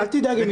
אל תדאג.